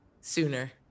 sooner